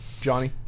Johnny